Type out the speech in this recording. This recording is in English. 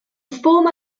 former